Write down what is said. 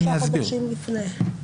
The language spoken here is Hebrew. אני אסביר.